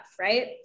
right